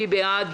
מי בעד?